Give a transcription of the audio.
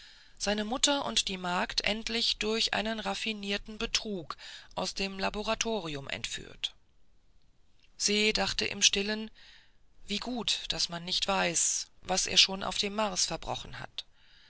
seine mutter und die magd endlich durch einen raffinierten betrug aus dem laboratorium entführt se dachte im stillen wie gut daß man nicht weiß was er schon auf dem mars verbrochen hat